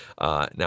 Now